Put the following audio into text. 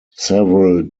several